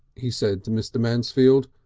he said to mr. mansfield,